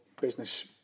business